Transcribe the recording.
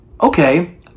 okay